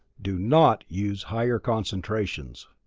do not use higher concentrations.